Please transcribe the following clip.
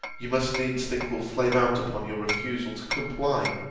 you must needs think will flame out upon your refusal to comply